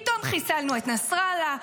פתאום חיסלנו את נסראללה,